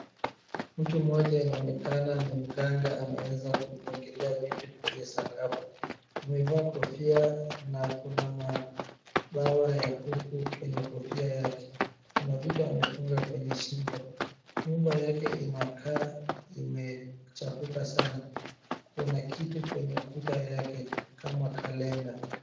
Mtu mmoja anaonekana mganga anaweza kugongelea vitu kwenye sakafu amevaa kofia na kuna mabawa ya kuku kwenye kofia yake kuna vitu amefunga kwenye shingo nyumba yake inakaa imechafuka sana kuna kitu kwenye ukuta yake kama kalenda.